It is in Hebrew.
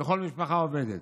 לכל משפחה עובדת".